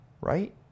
right